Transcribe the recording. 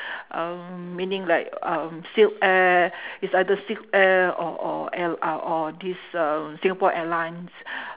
um meaning like um silk-air is either silk-air or or al~ or or this um singapore airlines